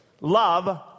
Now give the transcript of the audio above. love